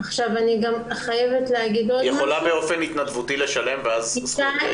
היא יכולה באופן התנדבותי לשלם ואז הזכויות יהיו זהות?